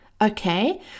Okay